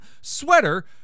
Sweater